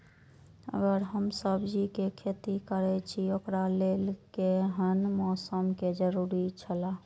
अगर हम सब्जीके खेती करे छि ओकरा लेल के हन मौसम के जरुरी छला?